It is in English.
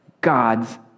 God's